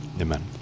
Amen